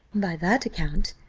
by that account,